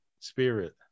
spirit